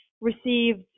received